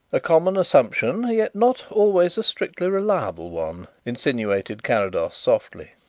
a common assumption, yet not always a strictly reliable one, insinuated carrados softly.